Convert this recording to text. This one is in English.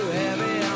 heavy